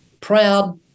proud